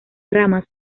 ramas